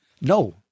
No